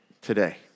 today